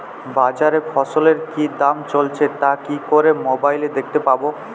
বাজারে ফসলের কি দাম চলছে তা কি করে মোবাইলে দেখতে পাবো?